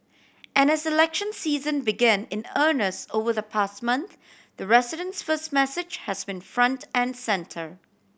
and as election season began in earnest over the past month the residents first message has been front and centre